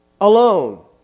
alone